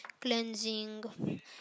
cleansing